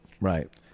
right